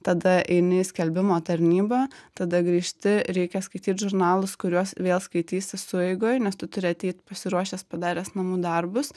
tada eini į skelbimo tarnybą tada grįžti reikia skaityt žurnalus kuriuos vėl skaitysi sueigoj nes tu turi ateit pasiruošęs padaręs namų darbus